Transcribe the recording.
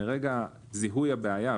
מרגע זיהוי הבעיה,